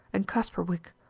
and kasperwick,